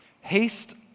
haste